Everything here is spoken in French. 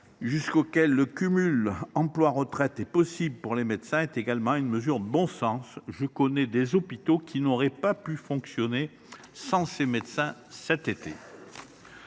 jusqu’auquel le cumul emploi retraite est possible pour les médecins est également une mesure de bon sens. Je connais des hôpitaux qui n’auraient pas pu fonctionner sans ces médecins cet été.